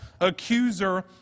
accuser